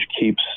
keeps